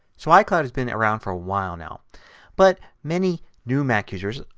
so icloud has been around for a while now but many new mac users,